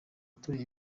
tureba